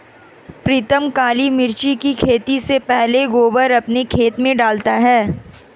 प्रीतम काली मिर्च की खेती से पहले गोबर अपने खेत में डालता है